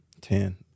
Ten